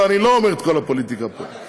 אבל אני לא אומר את כל הפוליטיקה פה.